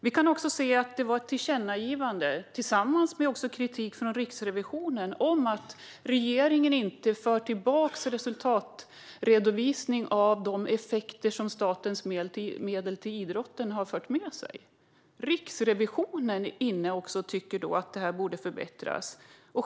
Det blev också ett tillkännagivande, tillsammans med kritik från Riksrevisionen, när det gäller att regeringen inte för tillbaka resultatredovisning av de effekter som statens medel till idrotten har fört med sig. Riksrevisionen tycker också att det bör förbättras.